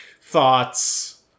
thoughts